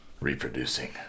reproducing